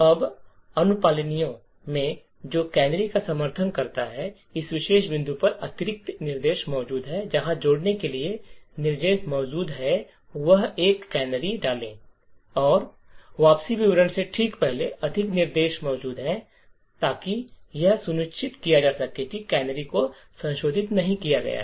अब अनुपालनियों में जो कैनरी का समर्थन करता है इस विशेष बिंदु पर अतिरिक्त निर्देश मौजूद हैं जहां जोड़ने के लिए निर्देश मौजूद हैं यहां एक कैनरी डालें और वापसी विवरण से ठीक पहले अधिक निर्देश मौजूद हैं ताकि यह सुनिश्चित किया जा सके कि कैनरी को संशोधित नहीं किया गया है